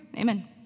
Amen